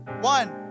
One